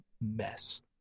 mess